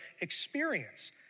experience